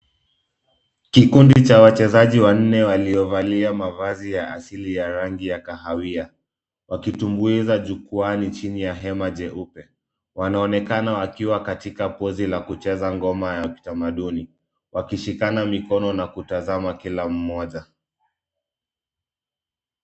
Kikundi cha wachezaji wanne waliovalia mavazi ya asili ya rangi ya kahawia, wakitumbuiza jukwaani chini ya hema jeupe. Wanaonekana wakiwa katika pozi la kucheza ngoma ya kitamaduni, wakishikana mikono na kutazama kila mmoja.